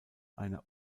einer